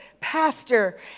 pastor